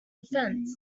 defense